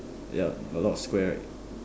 ya a lot of square right